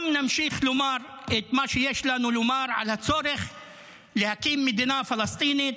גם נמשיך לומר את מה שיש לנו לומר על הצורך להקים מדינה פלסטינית.